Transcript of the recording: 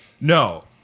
no